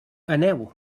aneu